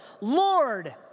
Lord